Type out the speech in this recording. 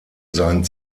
sein